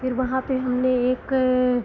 फिर वहाँ पर हमने एक